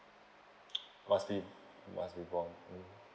must be must be born mm